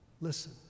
Listen